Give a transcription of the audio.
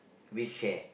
we share